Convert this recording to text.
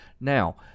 Now